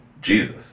Jesus